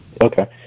Okay